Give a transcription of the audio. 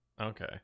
Okay